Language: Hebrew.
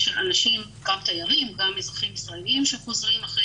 גם תיירים וגם אזרחים ישראלים שחוזרים אחרי